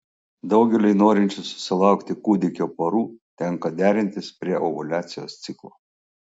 daugeliui norinčių susilaukti kūdikio porų tenka derintis prie ovuliacijos ciklo